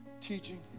teaching